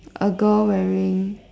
a girl wearing